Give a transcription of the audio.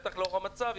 בטח לאור המצב,